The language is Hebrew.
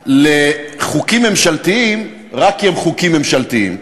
לחוקים ממשלתיים רק כי הם חוקים ממשלתיים.